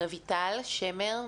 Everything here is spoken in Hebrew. רויטל שמר,